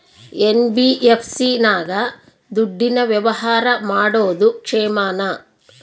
NBFC ನಾಗ ದುಡ್ಡಿನ ವ್ಯವಹಾರ ಮಾಡೋದು ಕ್ಷೇಮಾನ?